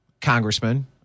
congressman